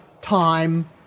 time